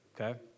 okay